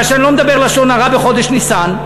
שאני לא מדבר לשון הרע בחודש ניסן,